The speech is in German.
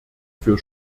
für